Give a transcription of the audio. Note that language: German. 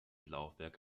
laufwerk